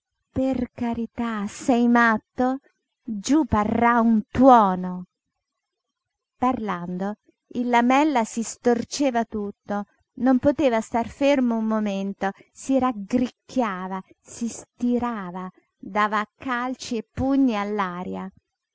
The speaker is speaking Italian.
per carità sei matto giú parrà un tuono parlando il lamella si storceva tutto non poteva star fermo un momento si raggricchiava si stirava dava calci e pugni